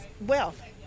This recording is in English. wealth